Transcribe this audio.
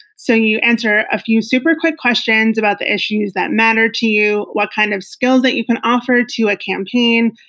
so you answer a few super quick questions about issues that matter to you, what kind of skills that you can offer to a campaign,